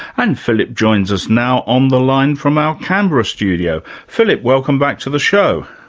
and philip joins us now on the line from our canberra studio. philip, welcome back to the show.